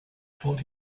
told